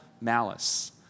malice